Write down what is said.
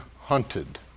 hunted